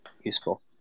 useful